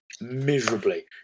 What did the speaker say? miserably